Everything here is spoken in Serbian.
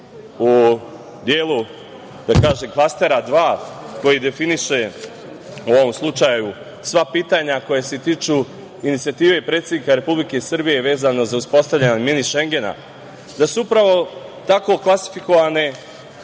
u delu klastera dva, koji definiše u ovom slučaju sva pitanja koja se tiču inicijative predsednika Republike Srbije, vezano za uspostavljanje mini Šengena, tako klasifikovane